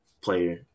player